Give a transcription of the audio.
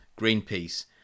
Greenpeace